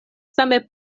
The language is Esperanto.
same